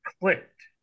clicked